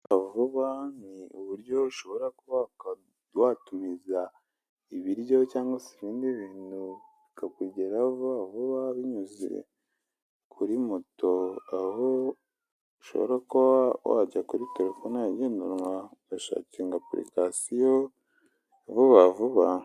Vuba ni uburyo ushobora kuba watumiza ibiryo cyangwa se ibindi bintu bikakugeraho vuba binyuze kuri moto, aho ushobora kuba wajya kuri terefone yawe igendanwa ugashakinga apulikasiyo vuba vuba.